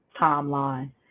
timeline